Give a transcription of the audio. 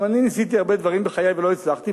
גם אני ניסיתי הרבה דברים בחיי ולא הצלחתי,